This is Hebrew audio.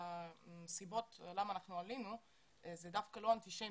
שהסיבות לעלייה שלנו הן דווקא לא אנטישמיות,